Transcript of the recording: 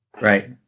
Right